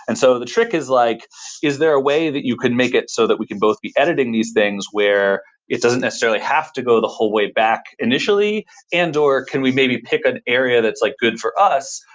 and so, the trick is like is there a way that you can make it so that we can both be editing these things where it doesn't necessarily have to go the whole way back initially and or can we maybe pick an area that's like good for us.